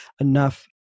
enough